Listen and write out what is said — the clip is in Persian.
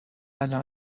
الان